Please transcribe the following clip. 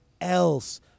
else